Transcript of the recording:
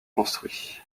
construits